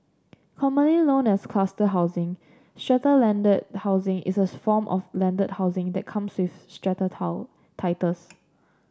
commonly known as cluster housing strata landed housing is as form of landed housing that comes with strata how titles